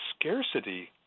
scarcity